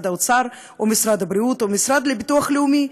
האוצר או משרד הבריאות או המוסד לביטוח לאומי.